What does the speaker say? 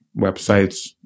websites